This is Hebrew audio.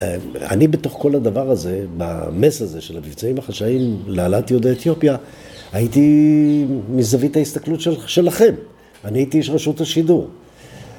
‫אני בתוך כל הדבר הזה, ‫במס הזה של המבצעים החשאיים ‫להעלת יהודי אתיופיה, ‫הייתי מזווית ההסתכלות שלכם. ‫אני הייתי איש רשות השידור.